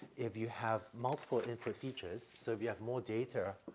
if you have multiple input features, so if you have more data,